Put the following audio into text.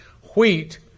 Wheat